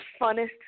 funnest